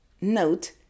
Note